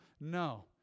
No